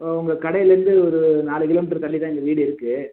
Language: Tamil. உங்கள் கடையிலேருந்து ஒரு நாலு கிலோ மீட்டர் தள்ளி தான் எங்கள் வீடு இருக்குது